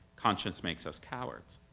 conscience makes us cowards.